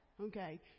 okay